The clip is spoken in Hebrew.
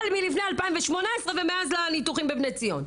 לפני 2018 ומאז לא היו ניתוחים בבני ציון.